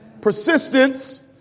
Persistence